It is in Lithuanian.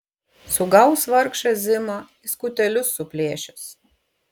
sugaus vargšą zimą į skutelius suplėšys